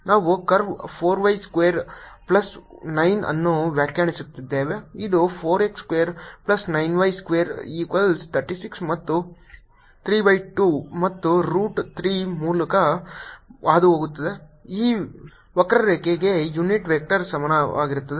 ನಾವು curve 4 y square plus 9 ಅನ್ನು ವ್ಯಾಖ್ಯಾನಿಸುತ್ತಿದ್ದೇವೆ ಇದು 4 x square plus 9 y square equals 36 ಮತ್ತು 3 ಬೈ 2 ಮತ್ತು ರೂಟ್ 3 ಮೂಲಕ ಹಾದುಹೋಗುತ್ತದೆ ಈ ವಕ್ರರೇಖೆಗೆ ಯುನಿಟ್ ವೆಕ್ಟರ್ ಸಾಮಾನ್ಯವಾಗಿರುತ್ತದೆ